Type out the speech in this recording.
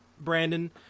Brandon